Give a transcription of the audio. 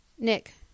Nick